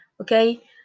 okay